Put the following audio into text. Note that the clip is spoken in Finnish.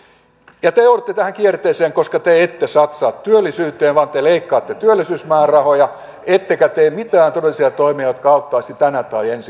te joudutte tähän kierteeseen koska te ette satsaa työllisyyteen vaan te leikkaatte työllisyysmäärärahoja ettekä tee mitään todellisia toimia jotka auttaisivat tänä tai ensi vuonna